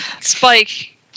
Spike